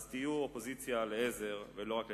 אז תהיו אופוזיציה לעזר, ולא רק לנגח.